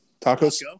Tacos